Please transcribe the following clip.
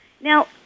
Now